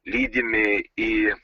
lydimi į